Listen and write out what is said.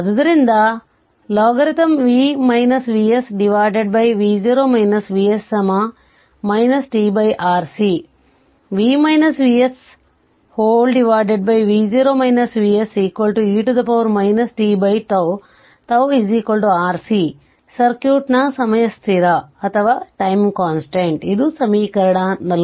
ಆದ್ದರಿಂದ ಇದು l n tRC e tτ τ RC ಸರ್ಕ್ಯೂಟ್ನ ಸಮಯ ಸ್ಥಿರ ಇದು ಸಮೀಕರಣ 47